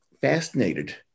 fascinated